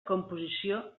composició